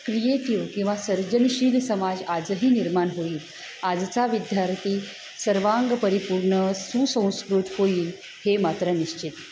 creative किंवा सर्जनशील समाज आजही निर्माण होईल आजचा विद्यार्थी सर्वांग परिपूर्ण सुसंस्कृत होईल हे मात्र निश्चित